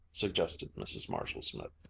suggested mrs. marshall-smith,